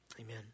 amen